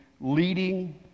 leading